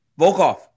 Volkov